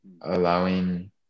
allowing